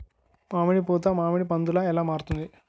మామిడి పూత మామిడి పందుల ఎలా మారుతుంది?